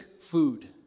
food